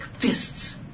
fists